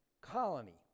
colony